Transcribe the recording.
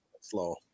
slow